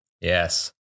Yes